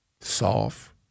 soft